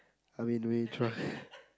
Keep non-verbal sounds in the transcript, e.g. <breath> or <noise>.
I mean we try <breath>